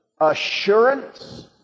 assurance